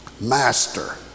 Master